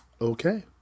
Okay